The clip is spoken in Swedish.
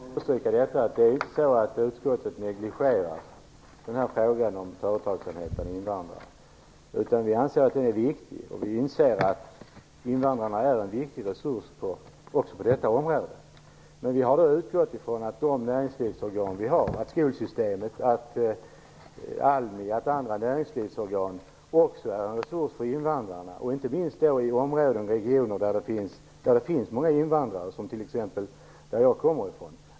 Fru talman! Jag vill bara understryka att det inte är så att utskottet negligerar den här frågan om företagsamhet bland invandrare. Vi anser att den är viktig, och vi inser att invandrarna är en viktig resurs även på detta område. Men vi har utgått ifrån att de näringslivsorgan vi har, skolsystemet, ALMI och andra näringslivsorgan också är en resurs för invandrarna, inte minst i de områden och regioner där det finns många invandrare som t.ex. den jag kommer ifrån.